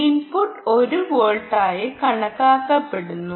input 1 volt ആയി കണക്കാക്കപ്പെടുന്നു